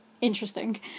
interesting